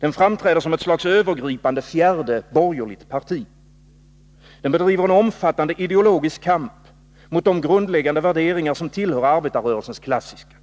Den framträder som ett slags övergripande, fjärde borgerligt parti. Den bedriver en omfattande ideologisk kamp mot de grundläggande värderingar som tillhör arbetarrörelsens klassiska.